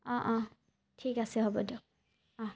অঁ অঁ ঠিক আছে হ'ব দিয়ক অঁ